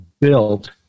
built